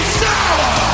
sour